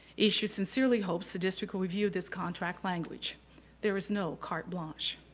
issu sincerely hopes the district will review this contract language there is no cart blanche.